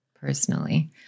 personally